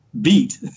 beat